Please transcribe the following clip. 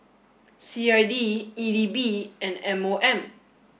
C I D E D B and M O M